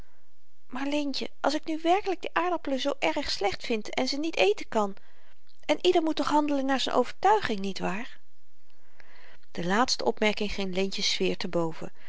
maar leentje als ik nu werkelyk die aardappelen zoo erg slecht vind en ze niet eten kan en ieder moet toch handelen naar z'n overtuiging niet waar de laatste opmerking ging leentje's sfeer te boven